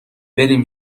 بریم